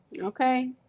Okay